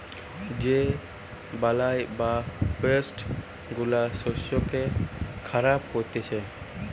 যে বালাই বা পেস্ট গুলা শস্যকে খারাপ করতিছে